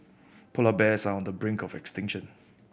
polar bears are on the brink of extinction